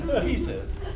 pieces